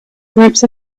groups